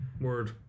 Word